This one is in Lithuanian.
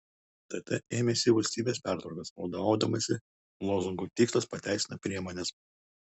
tt ėmėsi valstybės pertvarkos vadovaudamasi lozungu tikslas pateisina priemones